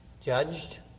judged